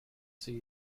sea